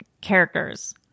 characters